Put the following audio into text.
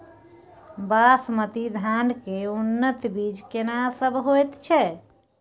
बासमती धान के उन्नत बीज केना सब होयत छै?